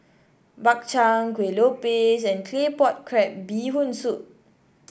Bak Chang Kueh Lopes and Claypot Crab Bee Hoon Soup